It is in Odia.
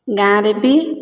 ଗାଁରେ ବି